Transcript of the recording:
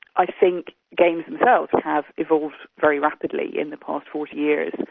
i think games themselves have evolved very rapidly in the past forty years,